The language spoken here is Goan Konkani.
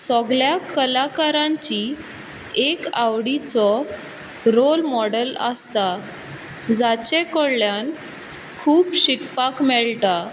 सगल्या कोलाकारांची एक आवडीचो रोल मोडेल आसता जाचे कडल्यान खूब शिकपाक मेळटा